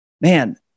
man